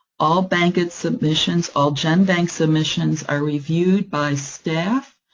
all bankit submissions, all genbank submissions, are reviewed by staff.